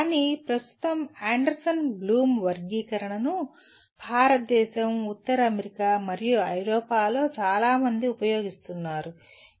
కానీ ప్రస్తుతం Anderson Bloom వర్గీకరణనుటాక్సానమీ భారతదేశం ఉత్తర అమెరికా మరియు ఐరోపాలో చాలా మంది ఉపయోగిస్తున్నారు